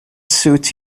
suit